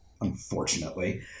Unfortunately